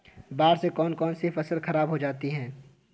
बाढ़ से कौन कौन सी फसल खराब हो जाती है?